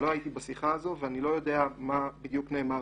אני לא הייתי בשיחה הזו ואני לא יודע מה בדיוק נאמר,